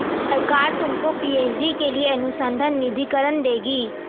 सरकार तुमको पी.एच.डी के लिए अनुसंधान निधिकरण देगी